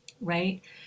right